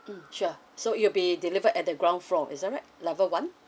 mm sure so it will be delivered at the ground floor is that right level one